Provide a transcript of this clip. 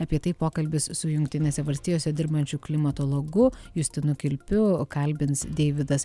apie tai pokalbis su jungtinėse valstijose dirbančiu klimatologu justinu kilpiu kalbins deividas